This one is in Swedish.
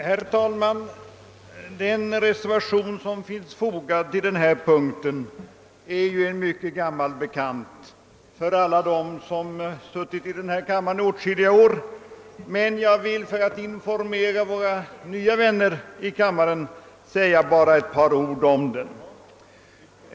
Herr talman! Den reservation som finns fogad till denna punkt är en mycket gammal bekant för alla dem som suttit åtskilliga år i denna kammare, men för att informera våra nya vänner i kammaren vill jag säga några ord om den.